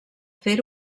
fer